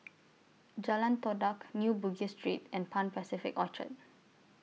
Jalan Todak New Bugis Street and Pan Pacific Orchard